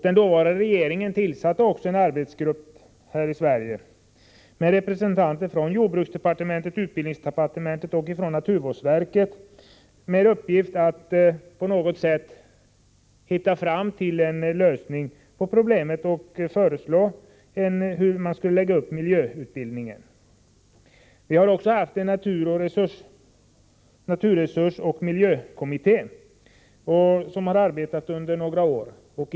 Den dåvarande regeringen tillsatte en arbetsgrupp med representanter från jordbruksdepartementet, utbildningsdepartementet och naturvårdsverket. Arbetsgruppen hade således i uppgift att på något sätt komma fram till en lösning på problemen. Arbetsgruppen skulle även lägga fram förslag när det gällde uppläggningen av miljöutbildningen. Vidare har en naturresursoch miljökommitté arbetat med dessa frågor under några år.